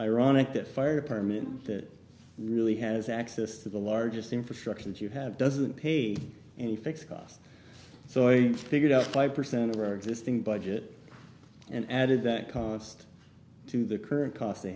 ironic that fire department that really has access to the largest infrastructure that you have doesn't pay any fixed cost so i figured out five percent of our existing budget and added that cost to the current cost they